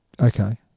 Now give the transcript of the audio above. Okay